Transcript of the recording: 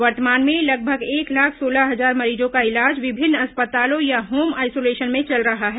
वर्तमान में लगभग एक लाख सोलह हजार मरीजों का इलाज विभिन्न अस्पतालों या होम आइसोलेशन में चल रहा है